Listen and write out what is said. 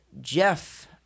Jeff